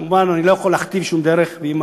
כמובן, אני לא יכול להכתיב שום דרך, ואם